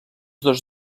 dos